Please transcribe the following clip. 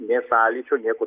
nė sąlyčio nieko